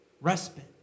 Respite